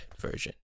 version